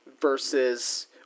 versus